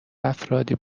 افرادی